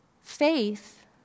Faith